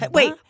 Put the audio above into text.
Wait